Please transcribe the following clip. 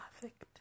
perfect